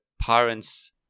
parents